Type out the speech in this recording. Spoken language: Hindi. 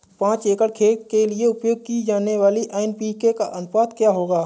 पाँच एकड़ खेत के लिए उपयोग की जाने वाली एन.पी.के का अनुपात क्या है?